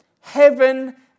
Heaven